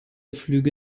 flüge